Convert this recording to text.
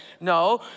No